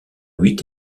huit